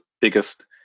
biggest